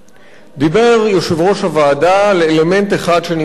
דיבר יושב-ראש הוועדה על אלמנט אחד שנמצא בחוק,